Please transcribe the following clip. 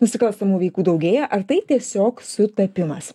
nusikalstamų veikų daugėja ar tai tiesiog sutapimas